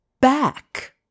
back